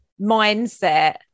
mindset